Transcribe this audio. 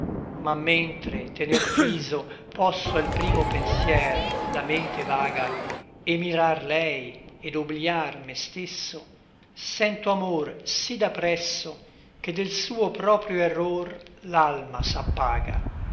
ma mentre tener fiso posso al primo pensier la mente vaga et mirar lei et oblïar me stesso sento amor sí da presso che del suo proprio error l'alma s'appaga